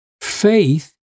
faith